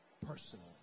personal